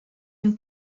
une